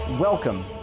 Welcome